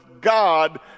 God